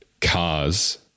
cars